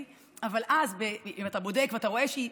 אם אתה בודק ואתה רואה שהיא